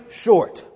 short